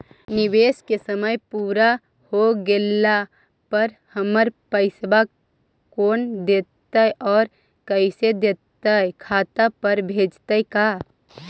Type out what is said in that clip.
निवेश के समय पुरा हो गेला पर हमर पैसबा कोन देतै और कैसे देतै खाता पर भेजतै का?